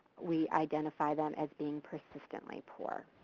we identify them as being persistently poor.